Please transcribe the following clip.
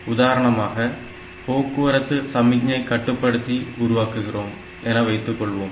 உதாரணமாக போக்குவரத்து சமிக்ஞை கட்டுப்படுத்தி உருவாக்குகிறோம் என வைத்துக்கொள்வோம்